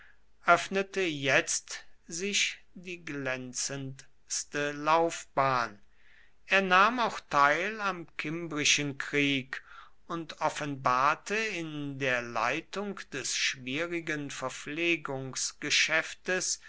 öffnete jetzt sich die glänzendste laufbahn er nahm auch teil am kimbrischen krieg und offenbarte in der leitung des schwierigen verpflegungsgeschäftes